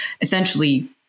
essentially